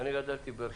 ודאי, בסוף,